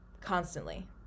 constantly